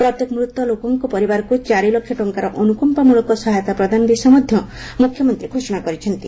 ପ୍ରତ୍ୟେକ ମୃତ ଲୋକଙ୍କ ପରିବାରକୁ ଚାରି ଲକ୍ଷ ଟଙ୍କାର ଅନୁକମ୍ପାମଳକ ସହାୟତା ପ୍ରଦାନ ବିଷୟ ମଧ୍ୟ ମୁଖ୍ୟମନ୍ତ୍ରୀ ଘୋଷଣା କରିଛନ୍ତି